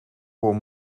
voor